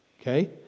okay